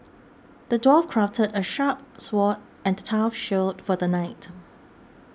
the dwarf crafted a sharp sword and a tough shield for the knight